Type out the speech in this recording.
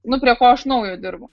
nu prie ko aš naujo dirbu